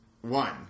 one